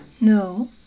No